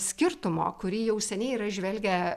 skirtumo kurį jau seniai yra įžvelgę